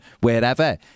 wherever